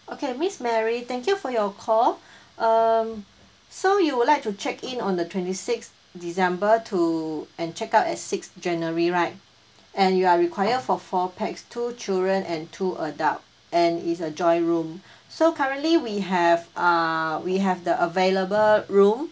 okay miss mary thank you for your call um so you would like to check in on the twenty sixth december to and check out at sixth january right and you are required for four pax two children and two adult and it's a joint room so currently we have uh we have the available room